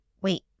wait